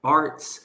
arts